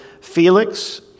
Felix